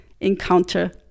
encounter